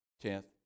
tenth